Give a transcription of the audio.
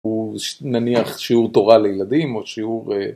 הוא נניח שיעור תורה לילדים או שיעור